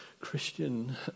Christian